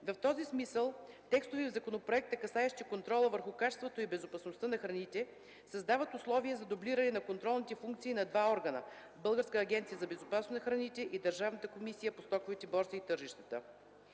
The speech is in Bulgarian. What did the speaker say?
В този смисъл текстове в законопроекта, касаещи контрола върху качеството и безопасността на храните, създават условия за дублиране на контролните функции на два органа – Българската агенция по безопасност н храните и Държавната комисия по стоковите борси и тържищата.